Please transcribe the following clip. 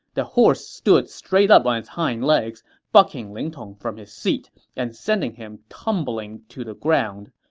the horse stood straight up on its hind legs, bucking ling tong from his seat and sending him tumbling to the ground.